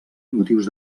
motius